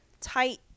tight